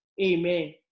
Amen